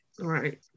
Right